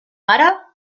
ara